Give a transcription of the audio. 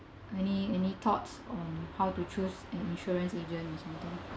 any any thoughts on how to choose an insurance agent as well